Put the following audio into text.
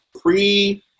Pre